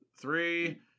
Three